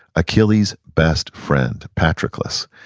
achilles best friend, patroclus,